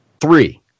Three